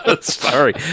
Sorry